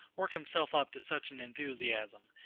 work himself up to such an enthusiasm,